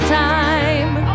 time